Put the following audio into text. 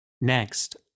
Next